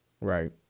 Right